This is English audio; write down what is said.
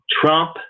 Trump